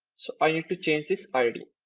so ah yeah to change this id.